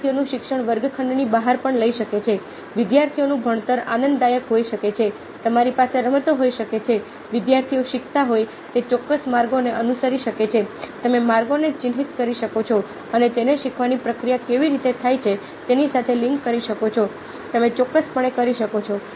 વિદ્યાર્થીઓનું શિક્ષણ વર્ગખંડની બહાર પણ લઈ શકે છે વિદ્યાર્થીઓનું ભણતર આનંદદાયક હોઈ શકે છે તમારી પાસે રમતો હોઈ શકે છે વિદ્યાર્થીઓ શીખતા હોય તે ચોક્કસ માર્ગોને અનુસરી શકે છે તમે માર્ગોને ચિહ્નિત કરી શકો છો અને તેને શીખવાની પ્રક્રિયા કેવી રીતે થાય છે તેની સાથે લિંક કરી શકો છો તમે ચોક્કસ પણ કરી શકો છો